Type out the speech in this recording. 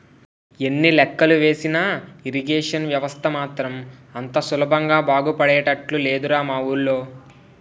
ఎన్ని లెక్కలు ఏసినా ఇరిగేషన్ వ్యవస్థ మాత్రం అంత సులభంగా బాగుపడేటట్లు లేదురా మా వూళ్ళో